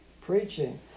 preaching